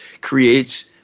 creates